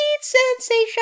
sensation